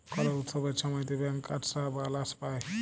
call উৎসবের ছময়তে ব্যাংকার্সরা বলাস পায়